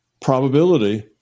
probability